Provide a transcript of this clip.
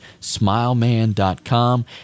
smileman.com